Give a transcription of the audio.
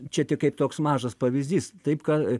čia tik kaip toks mažas pavyzdys taip ką